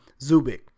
Zubik